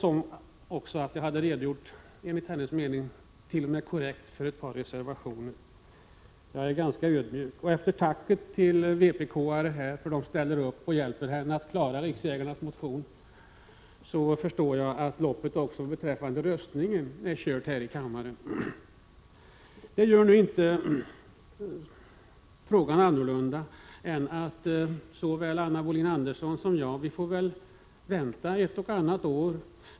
Hon sade t.o.m. att jag korrekt hade redogjort för ett par reservationer. Efter tacket till vpk-arna för att de ställer upp och hjälper henne att klara motionen om riksjägarna förstår jag att loppet också när det gäller röstningen här i kammaren är kört. Det innebär att både Anna Wohlin-Andersson och jag får vänta ett och annat år.